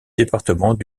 département